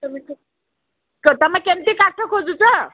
ତମେ ତ ତମେ କେମିତି କାଠ ଖୋଜୁଛ